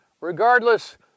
Regardless